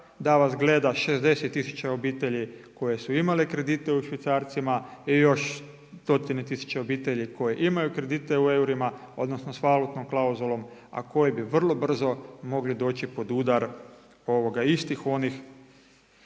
da vas gleda 60 tisuća obitelji, koji su imali kredite u švicarcima i još stotine tisuće obitelji koji imaju kredite u eurima, odnosno, s valutnom klauzulom, a koje bi vrlo brzo mogli doći pod udar istih onih